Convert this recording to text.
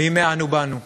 מימי "אנו באנו".